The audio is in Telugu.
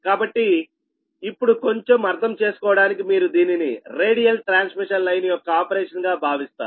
కాబట్టి ఇప్పుడు కొంచెం అర్థం చేసుకోవడానికి మీరు దీనిని రేడియల్ ట్రాన్స్మిషన్ లైన్ యొక్క ఆపరేషన్ గా భావిస్తారు